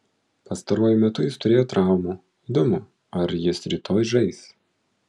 pastaruoju metu jis turėjo traumų įdomu ar jis rytoj žais